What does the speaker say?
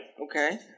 Okay